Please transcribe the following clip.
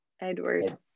Edward